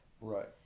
right